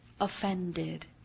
offended